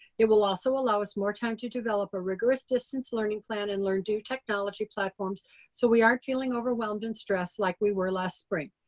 it will also allow us more time to develop a rigorous distance learning plan and learn new technology platforms so we are aren't feeling overwhelmed and stressed like we were last spring.